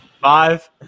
Five